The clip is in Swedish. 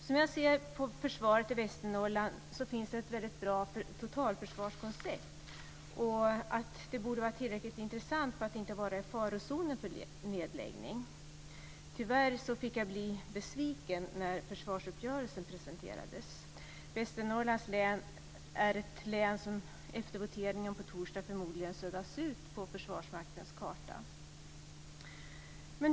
Som jag ser på försvaret i Västernorrland finns det ett mycket bra totalförsvarskoncept, och det borde vara tillräckligt intressant för att inte vara i farozonen för nedläggning. Tyvärr fick jag bli besviken när försvarsuppgörelsen presenterades. Västernorrland är ett län som efter votering på torsdag förmodligen suddas ut på försvarsmaktens karta.